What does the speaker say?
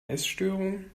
essstörung